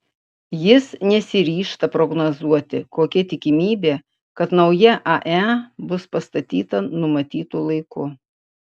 jis nesiryžta prognozuoti kokia tikimybė kad nauja ae bus pastatyta numatytu laiku